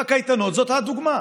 והקייטנות זאת הדוגמה.